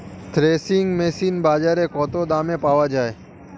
Threshing machine বাজারে কত দামে পাওয়া যায়?